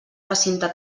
recinte